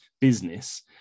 business